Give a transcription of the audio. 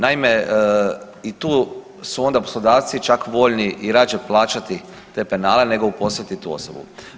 Naime, i tu su onda poslodavci čak voljni i rađe plaćati te penale nego uposliti tu osobu.